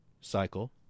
cycle